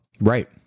Right